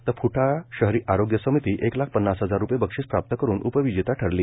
तर फुटाळा शहरी आरोग्य समिती एक लाख पन्नास हजार रुपये बक्षीस प्राप्त करुन उपविजेता ठरली